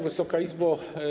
Wysoka Izbo!